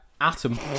Atom